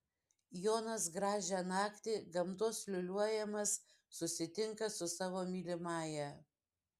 jonas gražią naktį gamtos liūliuojamas susitinka su savo mylimąja